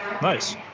Nice